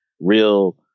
real